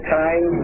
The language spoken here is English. time